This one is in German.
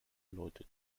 leute